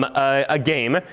um a game.